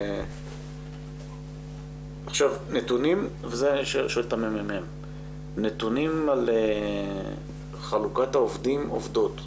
אני שואל את הממ"מ, נתונים על חלוקת העובדים/ות,